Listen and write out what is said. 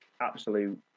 absolute